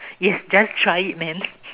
yes just try it man